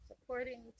supporting